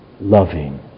Loving